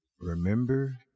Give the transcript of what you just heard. Remember